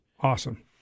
Awesome